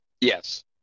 Yes